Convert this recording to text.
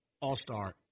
all-star